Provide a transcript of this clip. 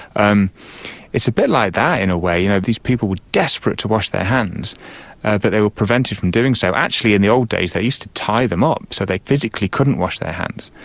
um it's a bit like that in a way. you know these people were desperate to wash their hands but they were prevented from doing so. actually in the old days they used to tie them up so they physically couldn't wash their hands.